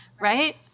Right